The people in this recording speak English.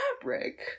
fabric